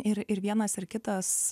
ir ir vienas ir kitas